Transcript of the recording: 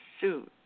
suit